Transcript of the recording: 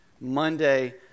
Monday